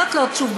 זאת לא תשובה.